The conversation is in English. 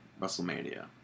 WrestleMania